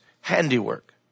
handiwork